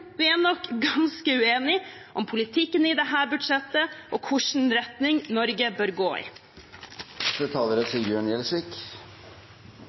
vi er nok ganske uenige om politikken i dette budsjettet og hvilken retning Norge bør gå i. Det er